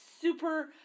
super